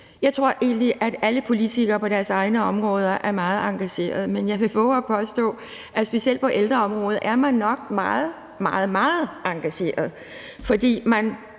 Jeg tror egentlig, at alle politikere på deres egne områder er meget engagerede, men jeg vil vove at påstå, at man nok specielt på ældreområdet er meget, meget engageret, fordi man